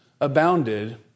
abounded